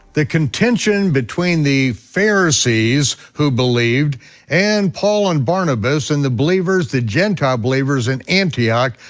the contention between the pharisees who believed and paul and barnabas and the believers, the gentile believers in antioch,